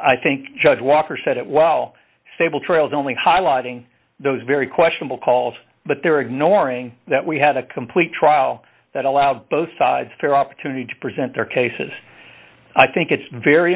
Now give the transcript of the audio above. i think judge walker said it well sable trails only highlighting those very questionable calls but they're ignoring that we had a complete trial that allowed both sides fair opportunity to present their cases i think it's very